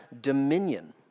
dominion